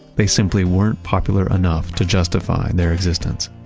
they simply weren't popular enough to justify their existence,